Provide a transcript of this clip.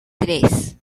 tres